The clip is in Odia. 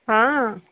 ହଁ